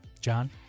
John